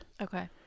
Okay